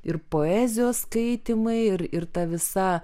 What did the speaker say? ir poezijos skaitymai ir ir ta visa